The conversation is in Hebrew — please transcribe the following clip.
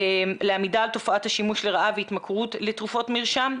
לעמידה על תופעת השימוש לרעה והתמכרות לתרופות מרשם.